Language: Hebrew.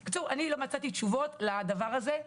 בקיצור, אני לא מצאתי תשובות לדבר הזה.